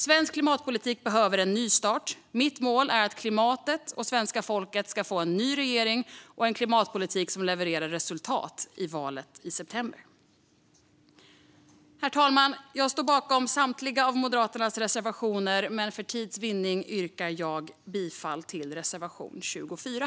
Svensk klimatpolitik behöver en nystart. Mitt mål är att klimatet och svenska folket vid valet i september ska få en ny regering och en klimatpolitik som levererar resultat. Herr talman! Jag står bakom samtliga av Moderaternas reservationer, men jag yrkar för tids vinnande bara bifall till reservation 24.